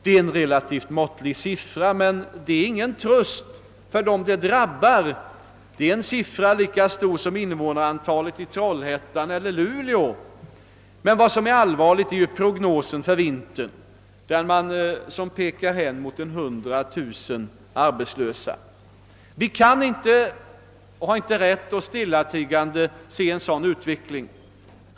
Det är en relativt måttlig siffra, men det är ingen tröst för dem som drabbas, och de är ändå lika många som invånarna i Trollhättan eller Luleå. Vad som är allvarligt är emellertid prognosen för vintern, som pekar hän mot omkring 100 000 arbetslösa. Vi kan inte och har inte rätt att stillatigande se en sådan utveckling.